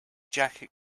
jacket